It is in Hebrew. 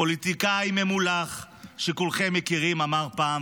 פוליטיקאי ממולח שכולכם מכירים אמר פעם,